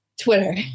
Twitter